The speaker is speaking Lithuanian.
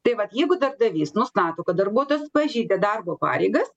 tai vat jeigu darbdavys nustato kad darbuotojas pažeidė darbo pareigas